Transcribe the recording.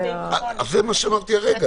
זה מה שאמרתי הרגע,